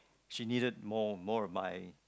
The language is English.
she needed more more of my